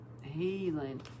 healing